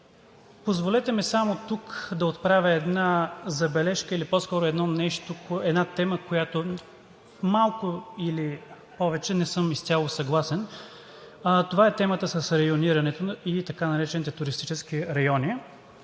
Позволете ми тук само да отправя една забележка по-скоро по една тема, с която малко или повече не съм изцяло съгласен. Това е темата с районирането и така наречените туристически райони.